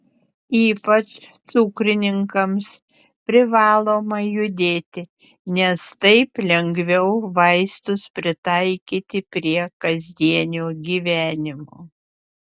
ypač cukrininkams privaloma judėti nes taip lengviau vaistus pritaikyti prie kasdienio gyvenimo